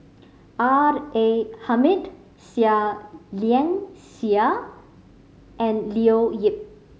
R A Hamid Seah Liang Seah and Leo Yip